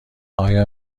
آیا